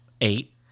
Eight